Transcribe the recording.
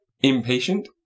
Impatient